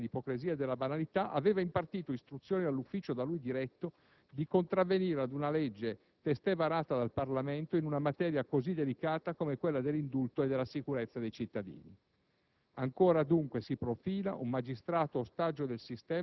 il magistrato che (quantomeno - va riconosciuto - senza il demerito dell'ipocrisia e della banalità) aveva impartito istruzioni all'ufficio da lui diretto di contravvenire ad una legge testé varata dal Parlamento, in una materia così delicata, come quella dell'indulto e della sicurezza dei cittadini.